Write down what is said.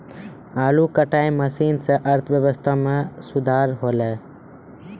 आलू कटाई मसीन सें अर्थव्यवस्था म सुधार हौलय